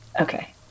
Okay